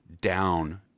down